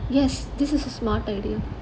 yes this is a smart idea